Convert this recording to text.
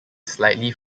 slightly